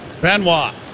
Benoit